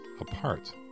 apart